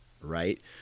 right